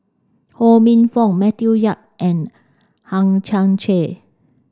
Ho Minfong Matthew Yap and Hang Chang Chieh